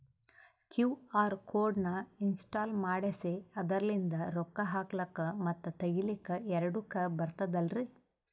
QR code ನ install ಮಾಡೆಸಿ ಅದರ್ಲಿಂದ ರೊಕ್ಕ ಹಾಕ್ಲಕ್ಕ ಮತ್ತ ತಗಿಲಕ ಎರಡುಕ್ಕು ಬರ್ತದಲ್ರಿ?